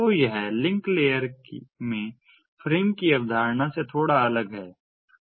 तो यह link layer में फ्रेम की अवधारणा से थोड़ा अलग है